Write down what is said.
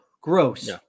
Gross